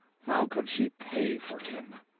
how could she pay for him!